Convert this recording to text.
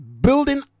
building